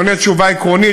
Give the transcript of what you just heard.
אני עונה תשובה עקרונית,